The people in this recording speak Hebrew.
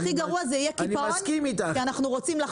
והכי גרוע זה יהיה קיפאון בגלל שאנחנו רוצים לחקור.